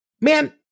man